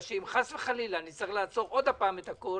כי אם חלילה נצטרך לעצור שוב את הכול,